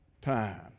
time